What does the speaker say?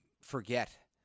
forget